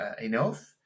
enough